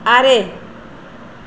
ᱟᱨᱮ